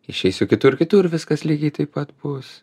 išeisiu kitur kitur viskas lygiai taip pat bus